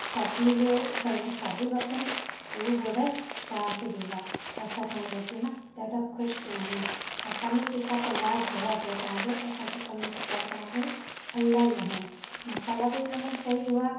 शादीअ जो घर में शादी बि अथनि त उअ बि ऑडर तव्हांखे ॾींदा असां तव्हां जी रोटीअ मां ॾाढा ख़ुशि थिया आहियूं ऐं पनीर टिका त लाजवाब हो तव्हां जो असांखे पनीर टिका बि तव्हांजो इलाहीं वणियो मसाल बि हुनमें सई हुआ